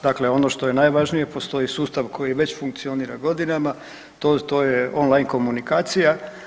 Dakle ono što je najvažnije, postoji sustav koji je već funkcionira godinama, to je online komunikacija.